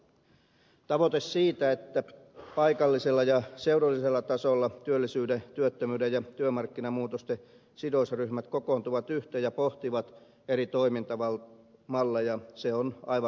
tavoite siitä että paikallisella ja seudullisella tasolla työllisyyden työttömyyden ja työmarkkinamuutosten sidosryhmät kokoontuvat yhteen ja pohtivat eri toimintamalleja on aivan oikea